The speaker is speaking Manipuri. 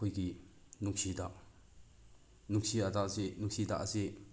ꯑꯩꯈꯣꯏꯒꯤ ꯅꯨꯡꯁꯤ ꯍꯤꯗꯥꯛ ꯅꯨꯡꯁꯤ ꯍꯤꯗꯥꯛ ꯑꯁꯤ